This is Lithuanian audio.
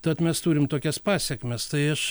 tad mes turim tokias pasekmes tai aš